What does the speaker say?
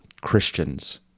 Christians